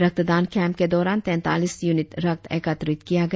रक्त दान कैंप के दौरान तैंतालीस यूनिट रक्त एकत्रित किया गया